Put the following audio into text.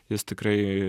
jis tikrai